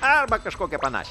arba kažkokią panašią